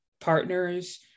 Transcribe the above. partners